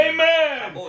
Amen